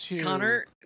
connor